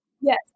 Yes